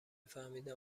فهمیدم